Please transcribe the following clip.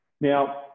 Now